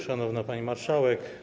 Szanowna Pani Marszałek!